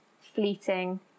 fleeting